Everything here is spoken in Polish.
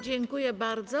Dziękuję bardzo.